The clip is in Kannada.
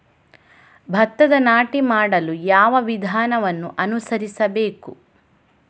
ಭತ್ತದ ನಾಟಿ ಮಾಡಲು ಯಾವ ವಿಧಾನವನ್ನು ಅನುಸರಿಸಬೇಕು?